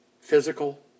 Physical